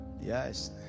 Yes